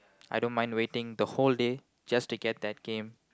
I don't mind waiting the whole day just to get that game